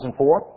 2004